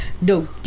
no